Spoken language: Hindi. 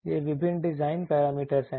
ये विभिन्न डिज़ाइन पैरामीटरज़ हैं